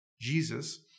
Jesus